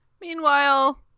Meanwhile